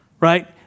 right